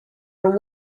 but